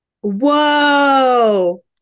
Whoa